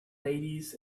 ladies